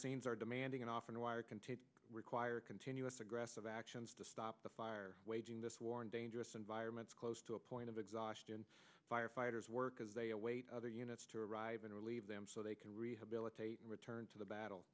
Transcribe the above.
scenes are demanding and often wire contained require continuous aggressive actions to stop the fire waging this war in dangerous environments close to a point of exhaustion firefighters work as they await other units to arrive and relieve them so they can rehabilitate and return to the battle